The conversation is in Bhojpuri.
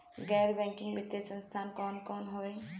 गैर बैकिंग वित्तीय संस्थान कौन कौन हउवे?